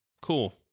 cool